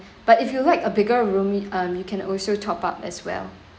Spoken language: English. but if you like a bigger room you um you can also top up as well